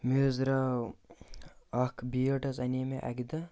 مےٚ حظ درٛاو اَکھ بیٹ حظ اَنے مےٚ اَکہِ دۄہ